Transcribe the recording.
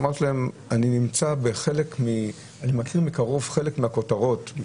אמרתי שאני מכיר מקרוב חלק מהכותרות,